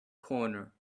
corner